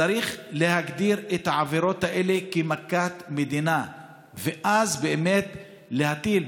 צריך להגדיר את העבירות האלה כמכת מדינה ואז באמת להטיל,